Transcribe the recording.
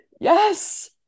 yes